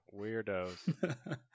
Weirdos